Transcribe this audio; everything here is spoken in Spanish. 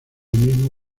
mismo